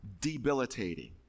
debilitating